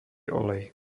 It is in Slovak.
olej